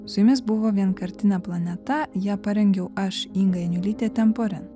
su jumis buvo vienkartinė planeta ją parengiau aš inga janiulytė tempu renka